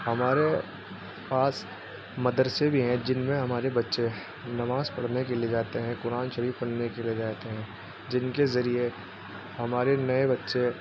ہمارے پاس مدرسے بھی ہیں جن میں ہمارے بچے نماز پڑھنے کے لیے جاتے ہیں قرآن شریف پڑھنے کے لیے جاتے ہیں جن کے ذریعے ہمارے نئے بچے